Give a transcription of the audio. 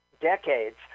decades